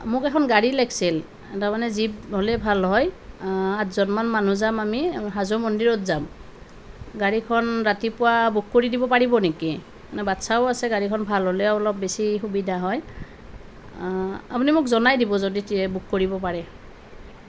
মোক এখন গাড়ী লাগিছিল তাৰমানে জীপ হ'লে ভাল হয় আঠজনমান মানুহ যাম আমি হাজো মন্দিৰত যাম গাড়ীখন ৰাতিপুৱা বুক কৰি দিব পাৰিব নেকি মানে বাচ্ছাও আছে গাড়ীখন ভাল হ'লে অলপ বেছি সুবিধা হয় আপুনি মোক জনাই দিব যদি বুক কৰিব পাৰে